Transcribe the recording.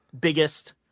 biggest